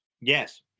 Yes